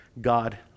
God